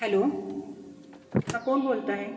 hello हा कोण बोलत आहे